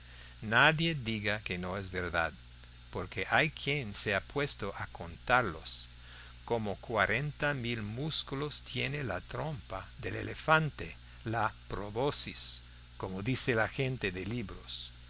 nadie diga que no es verdad porque hay quien se ha puesto a contarlos como cuarenta mil músculos tiene la trompa del elefante la proboscis como dice la gente de libros